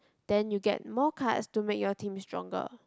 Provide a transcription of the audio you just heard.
then you get more cards to make your team stronger